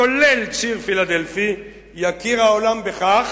כולל ציר פילדלפי, יכיר העולם בכך